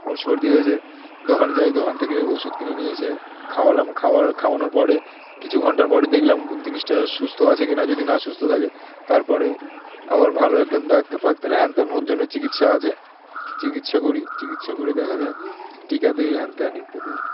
ওর সর্দি হয়েছে দোকানে যাই দোকান থেকে ওষুধ কিনে নিয়েছে খাওয়ালাম খাওয়ার খাওয়ানোর পরে কিছু ঘন্টার পরে দেখলাম জিনিসটা সুস্থ আছে কি না যদি না সুস্থ থাকে তার পরে আবার ভালো একটা ডাক্তার ফাক্তার হ্যান ত্যান ওর জন্য চিকিৎসা আছে চিকিৎসা করি চিকিৎসা করে দেখা যায় টিকা দিই হ্যান ত্যান ইত্যাদি